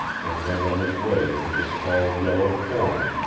and went on his way through the tall yellow corn,